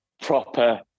proper